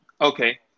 Okay